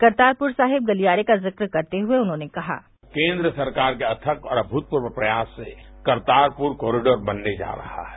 करतारपुर साहिब गलियारे का जिक्र करते हुए उन्होंने कहा केन्द्र सरकार के अथक और अमूतपूर्व प्रयास से कस्तारपुर कॉरिडोर बनने जा रहा है